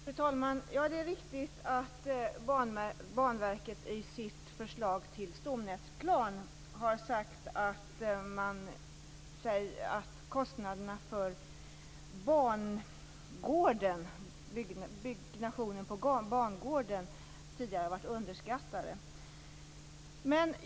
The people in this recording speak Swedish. Fru talman! Det är riktigt att Banverket i sitt förslag till stomnätsplan har sagt att kostnaderna för byggnationen på bangården tidigare varit underskattade.